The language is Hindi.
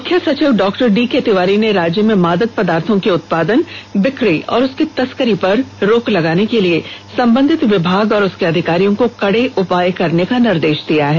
मुख्य सचिव डॉ डीके तिवारी ने राज्य में मादक पदार्थो के उत्पादन बिक्री और उसकी तस्करी पर रोक लगाने के लिए संबंधित विभाग और उसके अधिकारियों को कड़े उपाय करने का निर्देश दिया है